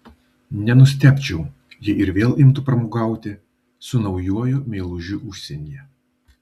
nenustebčiau jei ir vėl imtų pramogauti su naujuoju meilužiu užsienyje